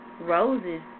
Roses